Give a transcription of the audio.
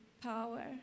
power